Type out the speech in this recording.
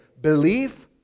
Belief